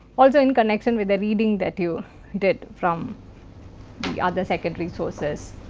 also in connection with reading that you did from the other secondary sources.